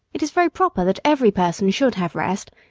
it is very proper that every person should have rest,